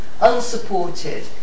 unsupported